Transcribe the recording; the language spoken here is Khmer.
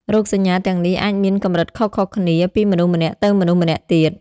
រោគសញ្ញាទាំងនេះអាចមានកម្រិតខុសៗគ្នាពីមនុស្សម្នាក់ទៅមនុស្សម្នាក់ទៀត។